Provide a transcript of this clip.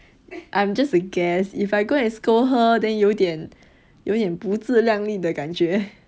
I'm just a guest if I go and scold her then 有点有点不自量力的感觉